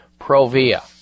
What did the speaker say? Provia